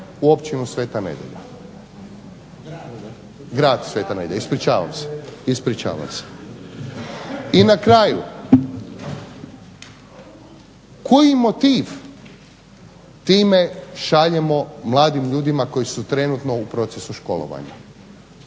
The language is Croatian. u općinu Sv. Nedjelja, grad Sveta Nedjelja ispričavam se. I na kraju, koji motiv time šaljemo mladim ljudima koji su trenutno u procesu školovanja?